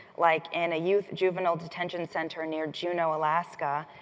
like in a youth juvenile detention center near juneau, alaska,